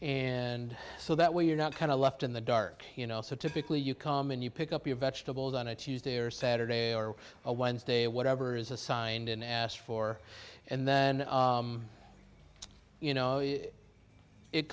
and so that way you're not kind of left in the dark you know so typically you come and you pick up your vegetables on a tuesday or saturday or a wednesday or whatever is assigned and asked for and then you know it